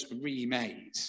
remade